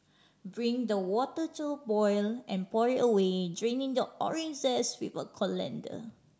bring the water to a boil and pour it away draining the orange zest with a colander